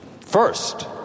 First